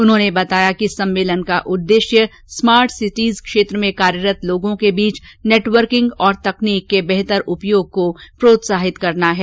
उन्होंने बताया कि सम्मेलन का उद्देश्य स्मार्ट सिटीज क्षेत्र में कार्यरत लोगों के बीच नेटवर्किंग और तकनीक के बेहतर उपयोग को प्रोत्साहित करना है